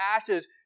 ashes